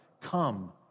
Come